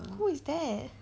who is that